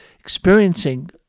Experiencing